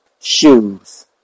shoes